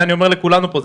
אני אומר את זה לכולנו פה,